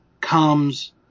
comes